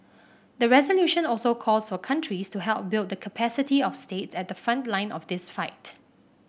the resolution also calls for countries to help build the capacity of states at the front line of this fight